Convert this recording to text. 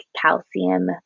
calcium